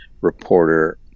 reporter